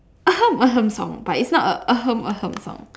ahem ahem song but it is not a ahem ahem song